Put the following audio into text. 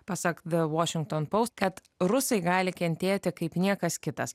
pasak the washington post kad rusai gali kentėti kaip niekas kitas